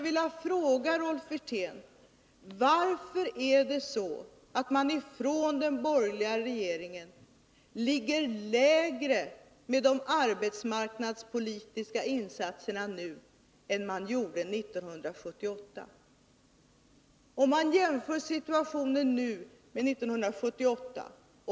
Varför, Rolf Wirtén, ligger den borgerliga regeringen lägre med arbetsmarknadspolitiska insatser nu än man gjorde 1978?